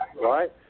Right